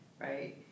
right